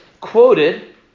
quoted